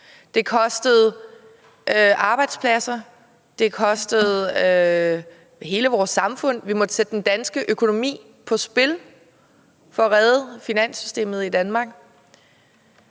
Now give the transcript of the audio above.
Den kostede arbejdspladser, den kostede hele vores samfund. Vi måtte sætte den danske økonomi på spil for at redde finanssystemet i Danmark.